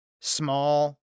small